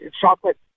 chocolate